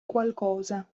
qualcosa